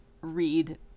read